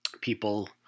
people